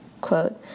quote